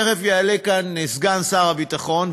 תכף יעלה לכאן סגן שר הביטחון,